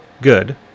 good